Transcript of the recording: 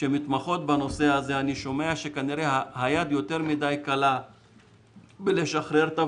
שמתמחות היד יותר מדיי קלה בלשחרר.